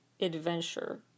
adventure